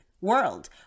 world